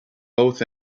both